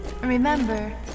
Remember